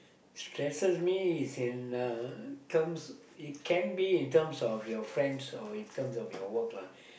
stresses me is in uh terms it can be in terms of your friends or in terms of your work lah